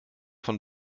von